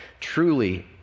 truly